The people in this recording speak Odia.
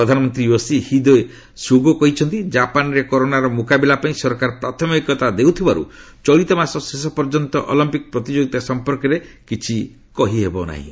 ପ୍ରଧାନମନ୍ତ୍ରୀ ୟୋଶୀ ହିଦେ ସୁଗୋ କହିଛନ୍ତି କାପାନରେ କରୋନାର ମୁକାବିଲା ପାଇଁ ସରକାର ପ୍ରାଥମିକତା ଦେଉଥିବାରୁ ଚଳିତମାସ ଶେଷ ପର୍ଯ୍ୟନ୍ତ ଅଲମ୍ପିକ ପ୍ରତିଯୋଗିତା ସଂପର୍କରେ କିଛି କହିହେବ ନାହିଁ